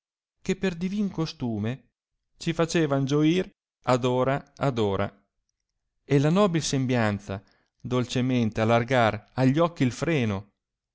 che per divin costume ci facevan gioir ad ora ad ora e la nobil sembianza dolcemente allargar a gli occhi il freno